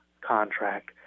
contract